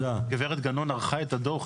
גב' גנון ערכה את הדוח,